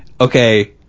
Okay